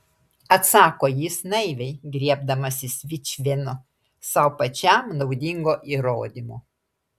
atsako jis naiviai griebdamasis vičvieno sau pačiam naudingo įrodymo